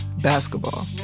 basketball